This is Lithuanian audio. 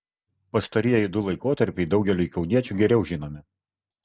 pastarieji du laikotarpiai daugeliui kauniečių geriau žinomi